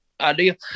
idea